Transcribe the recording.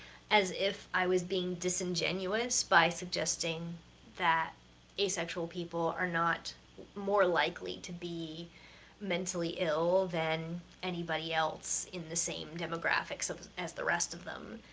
as if i was being disingenuous by suggesting that asexual people are not more likely to be mentally ill than anybody else in the same demographics as the rest of them.